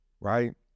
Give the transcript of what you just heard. Right